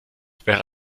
wäre